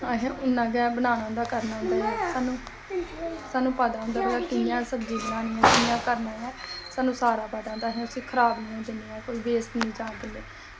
असें उन्ना गै बनाना होंदा ऐ ते सानूं ते सानूं पता होंदा कि कि'यां सब्जी बनानी ऐ ते कि'यां करना ऐ ते सानूं सारा पता होंदा ऐ ते अस खराब निं होन दिन्ने आं ते कोई वेस्ट निं होन दिन्ने आं